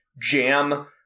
jam